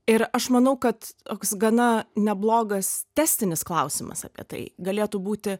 ir aš manau kad toks gana neblogas testinis klausimas apie tai galėtų būti